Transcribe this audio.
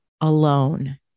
alone